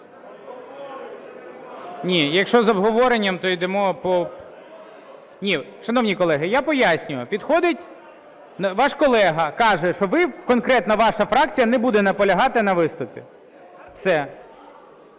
Ні, якщо з обговоренням, то йде мова… (Шум у залі) Ні, шановні колеги, я пояснюю, підходить ваш колега, каже, що ви, конкретно ваша фракція, не буде наполягати на виступі, все.